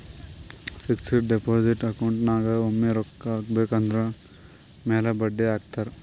fixed deposit account ನಾಗ್ ಒಮ್ಮೆ ರೊಕ್ಕಾ ಹಾಕಬೇಕ್ ಅದುರ್ ಮ್ಯಾಲ ಬಡ್ಡಿ ಹಾಕ್ತಾರ್